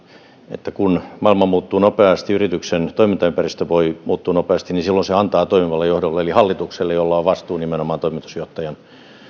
että kun maailma muuttuu nopeasti ja yrityksen toimintaympäristö voi muuttua nopeasti silloin se antaa riittävän liikkumavaran toimivalle johdolle eli hallitukselle jolla on vastuu nimenomaan toimitusjohtajan